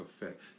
effect